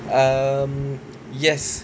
um yes